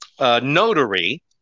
notary